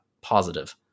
positive